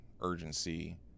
urgency